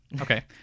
Okay